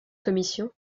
commission